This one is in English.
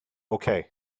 okay